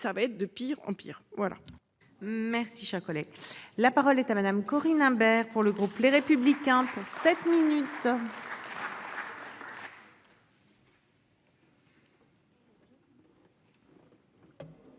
ça va être de pire en pire voilà merci j'un collègue, la parole est à madame Corinne. Imbert pour le groupe Les Républicains pour sept minutes.